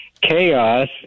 chaos